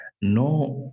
no